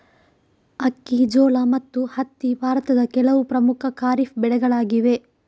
ಅಕ್ಕಿ, ಜೋಳ ಮತ್ತು ಹತ್ತಿ ಭಾರತದ ಕೆಲವು ಪ್ರಮುಖ ಖಾರಿಫ್ ಬೆಳೆಗಳಾಗಿವೆ